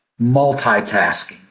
multitasking